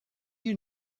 you